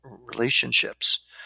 relationships